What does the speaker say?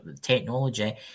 technology